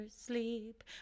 sleep